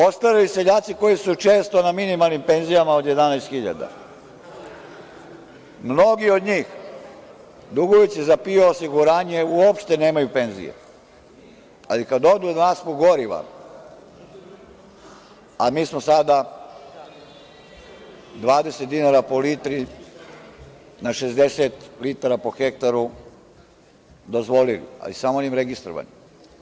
Ostali seljaci koji su često na minimalnim penzijama od 11.000 dinara, mnogi od njih dugujući za PIO osiguranje uopšte nemaju penzije, ali kada odu danas po gorivo, a mi smo sada 20 dinara po litri, na 60 litara po hektaru dozvolili, ali samo onim registrovanim.